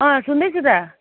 अँ सुन्दैछु त